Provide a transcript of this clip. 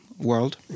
world